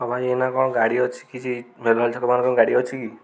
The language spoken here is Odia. ହଁ ଭାଇ ଏଇନା କ'ଣ ଗାଡ଼ି ଅଛି କିଛି ମେଲ ଛକମାନଙ୍କ ଗାଡ଼ି ଅଛି କି